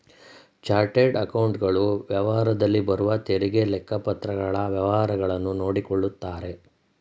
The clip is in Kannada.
ಚಾರ್ಟರ್ಡ್ ಅಕೌಂಟೆಂಟ್ ಗಳು ವ್ಯಾಪಾರದಲ್ಲಿ ಬರುವ ತೆರಿಗೆ, ಲೆಕ್ಕಪತ್ರಗಳ ವ್ಯವಹಾರಗಳನ್ನು ನೋಡಿಕೊಳ್ಳುತ್ತಾರೆ